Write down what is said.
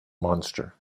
monster